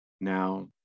now